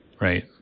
Right